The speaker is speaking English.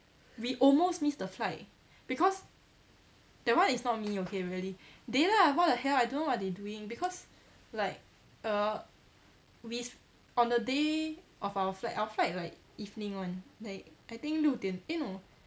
we almost missed the flight because that one is not me okay really they lah what the hell I don't know what they doing because like err we on the day of our flight our flight like evening [one] like I think 六点 eh no